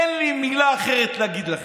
אין לי מילה אחרת להגיד לכם,